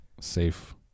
safe